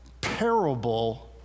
parable